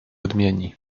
odmieni